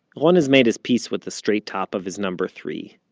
ron has made his peace with the straight top of his number three.